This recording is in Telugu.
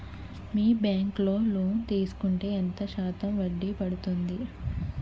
మీ బ్యాంక్ లో లోన్ తీసుకుంటే ఎంత శాతం వడ్డీ పడ్తుంది?